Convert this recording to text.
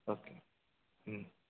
okay